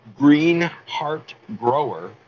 greenheartgrower